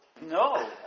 No